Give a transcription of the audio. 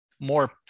more